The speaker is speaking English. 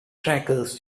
trackers